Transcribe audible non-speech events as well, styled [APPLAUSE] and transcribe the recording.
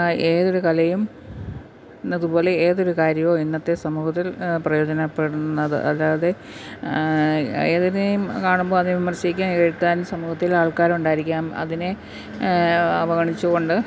ഏതൊരു കലയും എന്നതുപോലെ ഏതൊരു കാര്യവും ഇന്നത്തെ സമൂഹത്തിൽ പ്രയോജനപ്പെടുന്നത് അല്ലാതെ ഏതിനെയും കാണുമ്പോള് അത് വിമർശിക്കാൻ എ [UNINTELLIGIBLE] ക്കാൻ സമൂഹത്തിലാൾക്കാരുണ്ടായിരിക്കാം അതിനെ അവഗണിച്ചുകൊണ്ട്